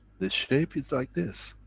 the shape is like this.